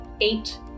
eight